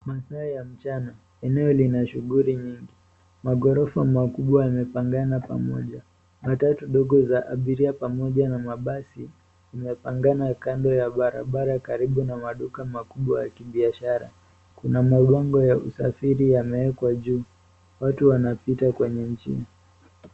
Masaa ya mchana eneo lina shughuli nyingi, magorofa makubwa yamepangana pamoja, matatu ndogo za abiria pamoja na mabasi imepangana kando ya barabara karibu na maduka makubwa ya kibiashara.